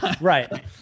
right